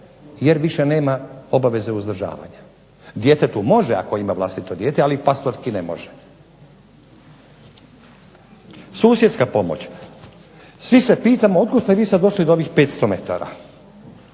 jer više nema obaveze uzdržavanja, djetetu može ako ima vlastito dijete ali pastorki ne može. Susjedska pomoć, svi se pitamo otkud ste vi sada došli do ovih 500 metara,